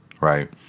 right